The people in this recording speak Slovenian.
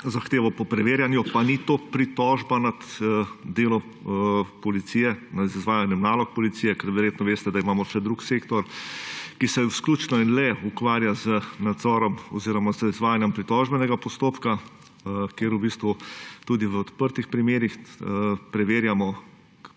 zahtevo po preverjanju, pa ni to pritožba nad delom policije, nad izvajanjem nalog policije. Verjetno veste, da imamo še drug sektor, ki se izključno ukvarja le z izvajanjem pritožbenega postopka, kjer v bistvu tudi v odprtih primerih preverjamo